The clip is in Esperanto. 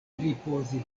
ripozi